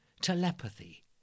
telepathy